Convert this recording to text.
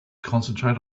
concentrate